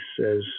says